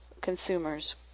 consumers